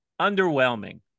underwhelming